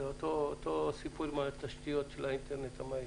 אותו סיפור עם תשתיות האינטרנט המהיר.